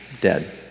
dead